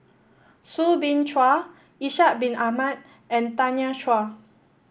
Soo Bin Chua Ishak Bin Ahmad and Tanya Chua